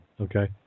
Okay